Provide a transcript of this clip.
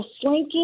slinky